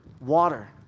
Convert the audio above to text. water